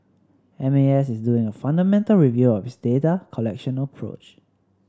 M A S is doing a fundamental review of its data collection approach